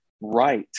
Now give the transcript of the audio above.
right